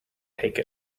take